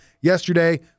yesterday